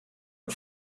und